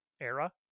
era